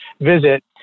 visit